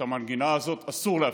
איך לומר, את המנגינה הזאת אסור להפסיק,